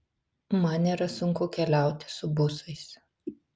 man nėra sunku keliauti su busais